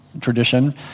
tradition